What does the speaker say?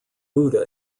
buddha